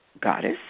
goddess